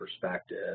perspective